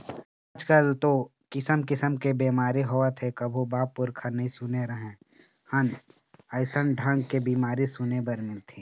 आजकल तो किसम किसम के बेमारी होवत हे कभू बाप पुरूखा नई सुने रहें हन अइसन ढंग के बीमारी सुने बर मिलथे